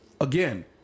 again